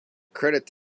credits